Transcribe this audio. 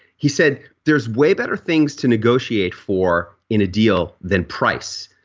he said there's way better things to negotiate for in a deal than price.